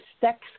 sex